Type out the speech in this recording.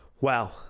Wow